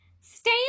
Stay